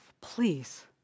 please